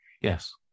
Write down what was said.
yes